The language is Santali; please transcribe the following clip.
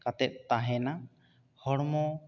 ᱠᱟᱛᱮ ᱛᱟᱦᱮᱱᱟ ᱦᱚᱲᱢᱚ